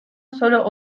solo